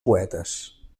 poetes